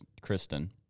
Kristen